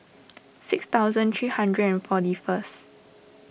six thousand three hundred and forty first